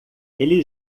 ele